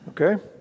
Okay